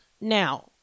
now